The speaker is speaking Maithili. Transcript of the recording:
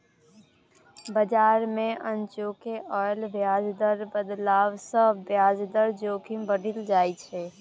बजार मे अनचोके आयल ब्याज दर बदलाव सँ ब्याज दर जोखिम बढ़ि जाइत छै